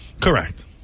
correct